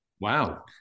Wow